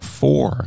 four